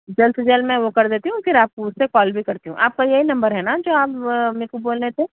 جلد سے جلد میں وہ کر دیتی ہوں پھر آپ کو اُس سے کال بھی کرتی ہوں آپ کا یہی نمبر ہے نا جو آپ میرے کو بول رہے تھے